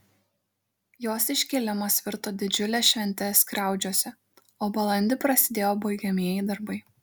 jos iškėlimas virto didžiule švente skriaudžiuose o balandį prasidėjo baigiamieji darbai